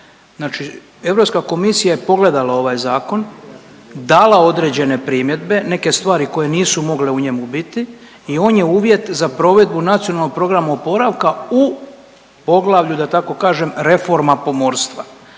Znači Europska komisija je pogledala ovaj zakon, dala određene primjedbe, neke koje nisu mogle u njemu biti i on je uvjet za provedbu Nacionalnog programa oporavka u poglavlju da tako kažem reforma pomorstva.